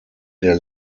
der